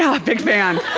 yeah, a big fan